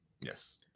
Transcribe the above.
Yes